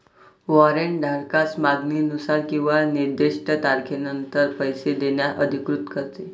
warrant धारकास मागणीनुसार किंवा निर्दिष्ट तारखेनंतर पैसे देण्यास अधिकृत करते